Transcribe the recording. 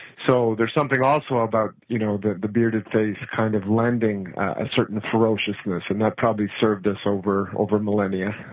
so, there's something also about you know the the bearded face kind of lending a certain ferociousness, and that probably served us over over millennia